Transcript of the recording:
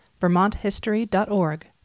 vermonthistory.org